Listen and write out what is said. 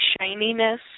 shininess